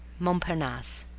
montparnasse,